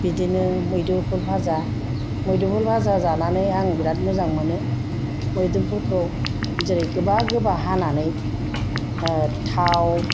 बिदिनो मुदुफुल भाजा मुदुफुल भाजा जानानै आं बिराद मोजां मोनो मुदुफुलखौ जेरै गोबा गोबा हानानै थाव